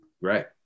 right